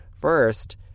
First